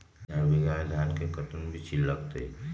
चार बीघा में धन के कर्टन बिच्ची लगतै?